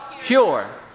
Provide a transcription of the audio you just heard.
pure